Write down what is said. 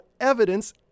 evidence